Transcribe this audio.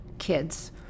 kids